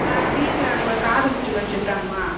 நான் வீட்டில் அங்கே ஒரு காதுகுத்தல் வெச்சுருக்காங்கமா